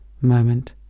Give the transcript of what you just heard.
moment